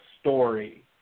story